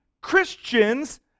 Christians